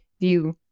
view